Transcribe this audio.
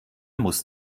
musst